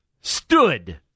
stood